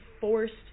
forced